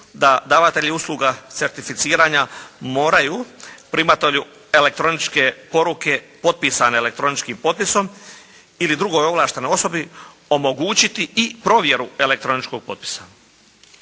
da davatelji usluga certificiranja moraju primatelju elektroničke poruke potpisane elektroničkim potpisom ili drugoj ovlaštenoj osobi omogućiti i provjeru elektroničkog potpisa.